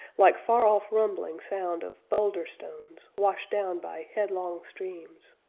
like far-off rumbling sound of boulder-stones washed down by headlong streams.